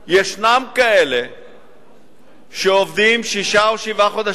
יש כאלה שעובדים שישה או שבעה חודשים,